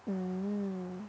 mm